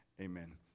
amen